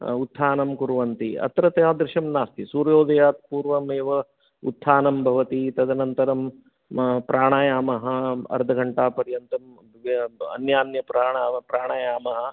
उत्थानं कुर्वन्ति अत्र तादृशं नास्ति सूर्योयात् पूर्वमेव उत्थानं भवति तदनन्तरं प्राणयामः अर्धघण्टापर्यन्तं अन्यान्यप्राणयामः